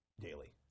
daily